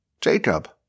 Jacob